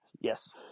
Yes